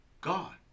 God